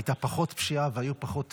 הייתה פחות פשיעה והיו פחות תאונות,